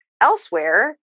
elsewhere